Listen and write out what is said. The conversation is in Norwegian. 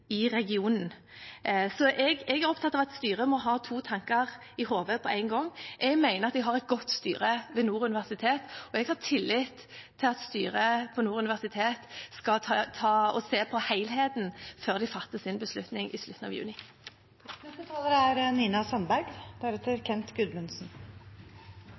regionen. Jeg er opptatt av at styret må ha to tanker i hodet på en gang. Jeg mener at de har et godt styre ved Nord universitet, og jeg har tillit til at styret ved Nord universitet ser på helheten før de fatter sin beslutning i slutten av juni. Først vil jeg takke representanten Arnstad for at hun reiser en viktig prinsipiell debatt her. Og debatten er